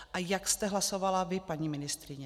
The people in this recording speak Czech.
A jak jste hlasovala vy, paní ministryně?